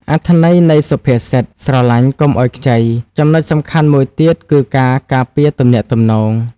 អត្ថន័យនៃសុភាសិត "ស្រឡាញ់កុំឲ្យខ្ចី" ចំណុចសំខាន់មួយទៀតគឺការការពារទំនាក់ទំនង។